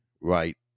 right